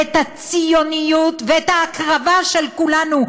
ואת הציוניות ואת ההקרבה של כולנו,